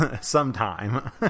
sometime